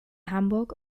hamburg